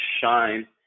shine